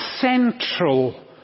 central